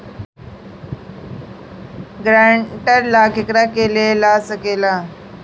ग्रांतर ला केकरा के ला सकी ले?